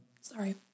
sorry